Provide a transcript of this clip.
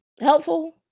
helpful